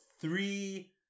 three